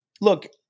Look